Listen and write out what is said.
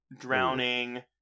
drowning